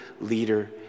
leader